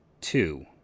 Two